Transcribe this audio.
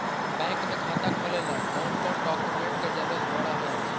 Bank में खाता खोले ल कौन कौन डाउकमेंट के जरूरत पड़ है?